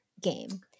game